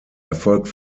erfolgt